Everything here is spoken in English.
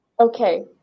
Okay